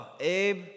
Abe